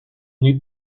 need